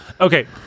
Okay